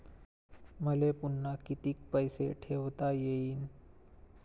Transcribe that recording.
मले पुन्हा कितीक पैसे ठेवता येईन?